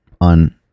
on